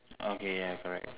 okay ya correct